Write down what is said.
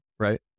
Right